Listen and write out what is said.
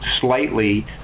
slightly